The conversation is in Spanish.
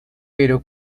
pero